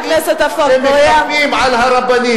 כי יש חברי כנסת ושרים גזענים שמחפים על הרבנים,